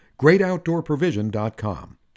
Greatoutdoorprovision.com